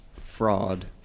fraud